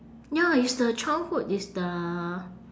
ya it's the childhood it's the